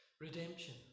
Redemption